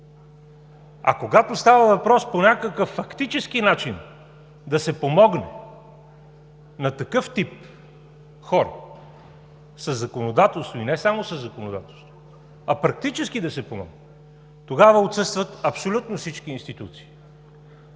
А когато става въпрос по някакъв фактически начин да се помогне на такъв тип хора, със законодателство и не само със законодателство, а практически да се помогне, тогава отсъстват абсолютно всички институции.